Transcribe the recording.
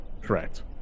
Correct